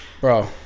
bro